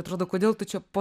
atrodo kodėl tu čia po